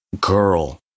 girl